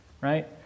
right